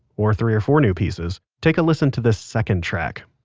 or three or four new pieces take a listen to this second track